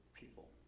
people